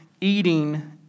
eating